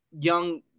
Young